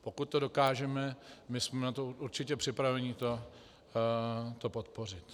Pokud to dokážeme, my jsme určitě připraveni to podpořit.